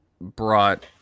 brought